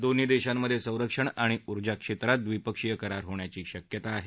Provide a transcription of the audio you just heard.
दोन्ही देशांमध्ये संरक्षण आणि ऊर्जा क्षेत्रात द्विपक्षीय करार होण्याची शक्यता आहे